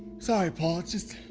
sorry paul, it's just.